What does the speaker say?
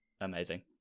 Amazing